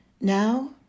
Now